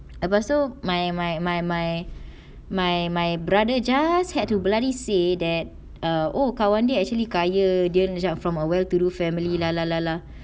lepas tu my my my my my my brother just had to bloody say that uh oh kawan dia actually kaya dia macam from a well to do family lah lah lah lah